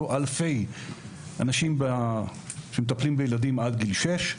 אלפי אנשים שמטפלים בילדים עד גיל שש.